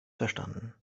verstanden